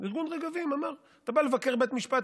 ארגון רגבים אמר: אתה בא לבקר בבית משפט,